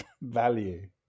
value